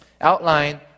outline